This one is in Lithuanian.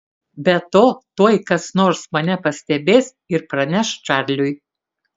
be to tuoj kas nors mane pastebės ir praneš čarliui